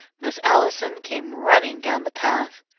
miss allison came running down the path.